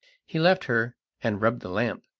he left her and rubbed the lamp,